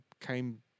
came